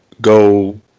go